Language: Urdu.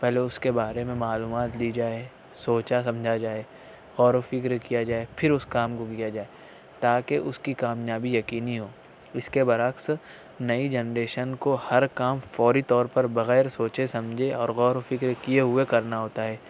پہلے اس کے بارے میں معلومات لی جائے سوچا سمجھا جائے غور و فکر کیا جائے پھر اس کام کو کیا جائے تاکہ اس کی کامیابی یقینی ہو اس کے برعکس نئی جنریشن کو ہر کام فوری طور پر بغیر سوچے سمجھے اور غور و فکر کیے ہوئے کرنا ہوتا ہے